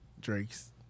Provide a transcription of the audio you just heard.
Drake's